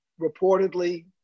reportedly